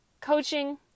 Coaching